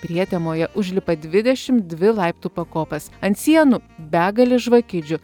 prietemoje užlipa dvidešimt dvi laiptų pakopas ant sienų begalė žvakidžių